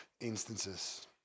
instances